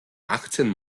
achtzehn